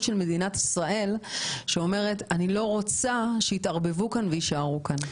של מדינת ישראל שאומרת שהיא לא רוצה שהם יתערבבו כאן ויישארו כאן.